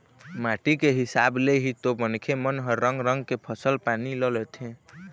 माटी के हिसाब ले ही तो मनखे मन ह रंग रंग के फसल पानी ल लेथे